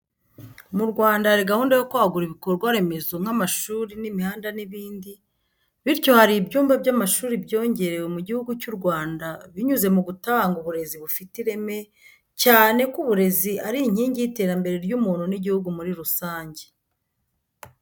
Mu Rwanda hari gahunda yo kwagura ibikorwa remezo nk'amashuri n'imihanda n'ibindi, bityo hari ibyumba by'amashuri byongerewe mu gihugu cy'u Rwanda binyuze mugutanga uburezi bufite ireme cyane ko uburezi ari inkingi y'iterambere ry'umuntu n'igihugu muri rusange.